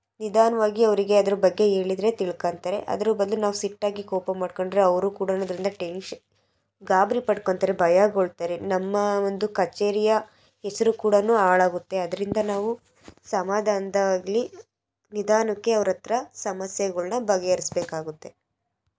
ನಿಧಾನವಾಗಿ ಅವರಿಗೆ ಅದ್ರ ಬಗ್ಗೆ ಹೇಳಿದ್ರೆ ತಿಳ್ಕೊಂತಾರೆ ಅದರ ಬದಲು ನಾವು ಸಿಟ್ಟಾಗಿ ಕೋಪ ಮಾಡಿಕೊಂಡ್ರೆ ಅವರು ಕೂಡ ಅದರಿಂದ ಟೆನ್ಷನ್ ಗಾಬರಿ ಪಡ್ಕೊಂತಾರೆ ಭಯ ಗೊಳ್ತಾರೆ ನಮ್ಮ ಒಂದು ಕಚೇರಿಯ ಹೆಸರು ಕೂಡಾ ಹಾಳಾಗುತ್ತೆ ಅದರಿಂದ ನಾವು ಸಮಾಧಾನ್ದಾಗಿ ನಿಧಾನಕ್ಕೆ ಅವ್ರ ಹತ್ತಿರ ಸಮಸ್ಯೆಗಳನ್ನ ಬಗೆಹರಿಸ್ಬೇಕಾಗುತ್ತೆ